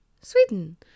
Sweden